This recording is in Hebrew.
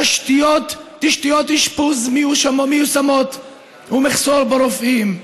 על תשתיות אשפוז מיושנות ועל מחסור ברופאים.